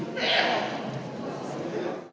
Hvala